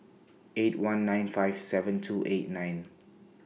eight one nine five seven two eight nine